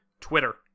Twitter